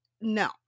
No